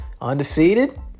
undefeated